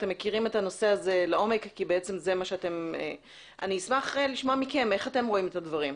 אתם מכירים את הנושא לעומק - איך אתם רואים את הדברים?